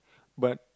but